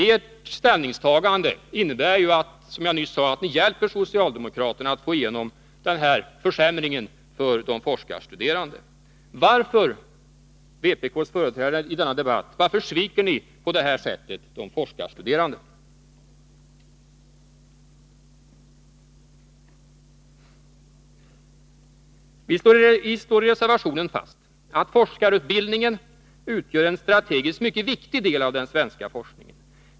Ert ställningstagande innebär ju, som jag nyss nämnde, att ni hjälper socialdemokraterna att få igenom den här försämringen för de forskarstuderande. Varför, vpk:s företrädare i denna debatt, sviker ni på detta sätt forskarstuderandena? I reservation 5 slår vi fast att forskarutbildningen utgör en strategiskt mycket viktig del av den svenska forskningen.